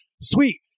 sweet